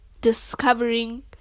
discovering